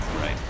Right